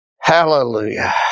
Hallelujah